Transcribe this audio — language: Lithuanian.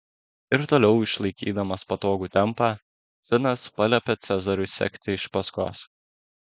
ir toliau išlaikydamas patogų tempą finas paliepė cezariui sekti iš paskos